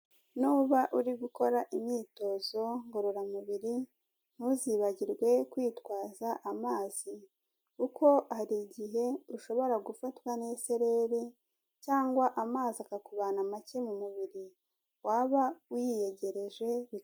Nuba uri gukora imyitozo ngororamubiri ntuzibagirwe kwitwaza amazi kuko hari igihe ushobora gufatwa n'isereri cyangwa amazi akakubana make mu mubiri, waba wiyegereje...